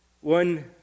One